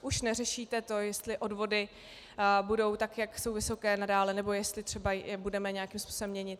Už neřešíte to, jestli odvody budou tak, jak jsou vysoké, i nadále, nebo jestli je třeba budeme nějakým způsobem měnit.